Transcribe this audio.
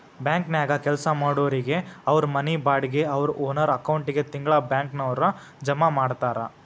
ಬ್ಯಾಂಕನ್ಯಾಗ್ ಕೆಲ್ಸಾ ಮಾಡೊರಿಗೆ ಅವ್ರ್ ಮನಿ ಬಾಡ್ಗಿ ಅವ್ರ್ ಓನರ್ ಅಕೌಂಟಿಗೆ ತಿಂಗ್ಳಾ ಬ್ಯಾಂಕ್ನವ್ರ ಜಮಾ ಮಾಡ್ತಾರ